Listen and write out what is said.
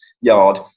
yard